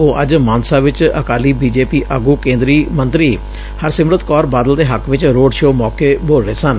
ਉਹ ਅੱਜ ਮਾਨਸਾ ਵਿਚ ਅਕਾਲੀ ਬੀਜੇਪੀ ਆਗੁ ਕੇਂਦਰੀ ਮੰਤਰੀ ਹਰਸਿਮਰਤ ਕੌਰ ਬਾਦਲ ਦੇ ਹੱਕ ਵਿਚ ਰੋਡ ਸ਼ੋਅ ਮੌਕੇ ਬੋਲ ਰਹੇ ਸਨ